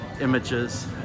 images